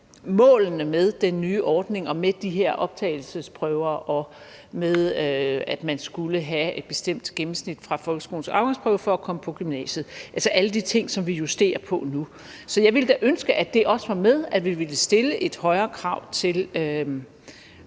målene med den nye ordning og med de her optagelsesprøver og med, at man skulle have et bestemt gennemsnit fra folkeskolens afgangsprøve for at komme på gymnasiet – altså alle de ting, som vi justerer på nu. Så jeg ville da ønske, at det også var med, at vi ville stille højere krav til